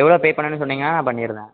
எவ்வளோ பே பண்ணணும்ன்னு சொன்னிங்கன்னா நான் பண்ணிடுவேன்